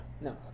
no